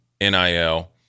NIL